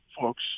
folks